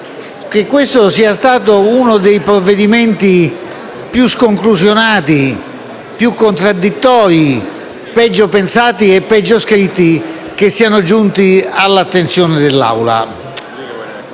che questo sia stato uno dei provvedimenti più sconclusionati, più contraddittori, peggio pensati e peggio scritti che siano giunti all'attenzione dell'Assemblea.